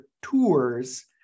tours